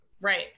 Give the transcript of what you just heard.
Right